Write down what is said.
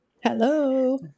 Hello